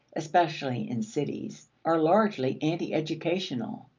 especially in cities, are largely anti-educational.